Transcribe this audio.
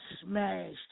smashed